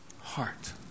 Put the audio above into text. heart